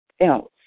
else